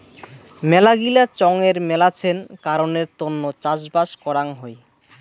মেলাগিলা চঙের মেলাছেন কারণের তন্ন চাষবাস করাং হই